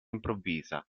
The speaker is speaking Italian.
improvvisa